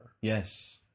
Yes